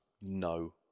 no